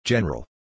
General